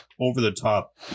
over-the-top